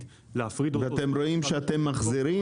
להפריד אותו -- ואתם רואים שאתם מחזירים?